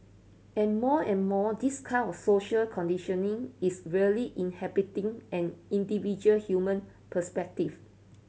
and more and more this kind of social conditioning is really inhibiting an individual human perspective